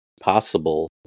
possible